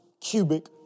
cubic